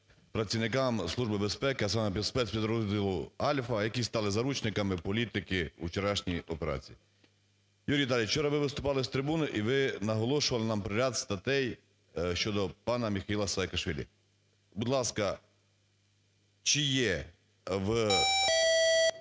працівникам Служби безпеки, а саме, спецпідрозділу "Альфа", які стали заручниками політики у вчорашній операції. Юрій Віталійович, вчора ви виступали з трибуни і ви наголошували нам про ряд статей щодо пана Міхеїла Саакашвілі. Будь ласка, чи є в